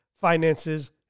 finances